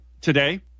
today